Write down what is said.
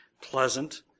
pleasant